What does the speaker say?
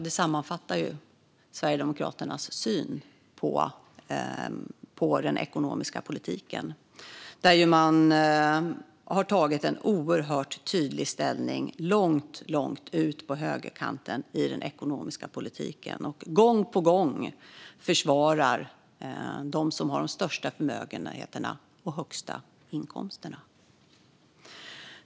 Det sammanfattar Sverigedemokraternas syn på den ekonomiska politiken. Man har tagit en oerhört tydlig ställning långt ut på högerkanten i den ekonomiska politiken och försvarar gång på gång dem som har de största förmögenheterna och de högsta inkomsterna.